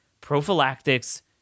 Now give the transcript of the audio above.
prophylactics